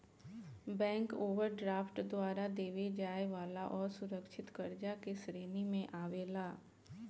bank overdraft द्वारा देवे जाए वाला असुरकछित कर्जा के श्रेणी मे आवेला